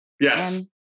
yes